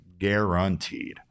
Guaranteed